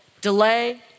delay